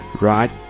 Right